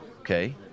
okay